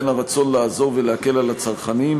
בין הרצון לעזור ולהקל על הצרכנים,